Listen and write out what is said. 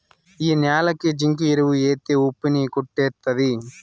ఈ న్యాలకి జింకు ఎరువు ఎత్తే ఉప్పు ని కొట్టేత్తది